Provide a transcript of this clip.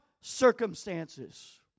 circumstances